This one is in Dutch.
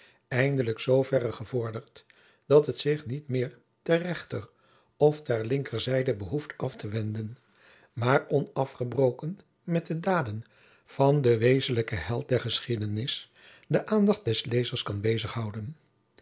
van lennep de pleegzoon het zich niet meer ter rechter of ter linker zijde behoeft af te wenden maar onafgebroken met de daden van den wezenlijken held der geschiedenis den aandacht des lezers kan bezig